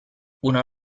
una